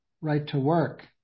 right-to-work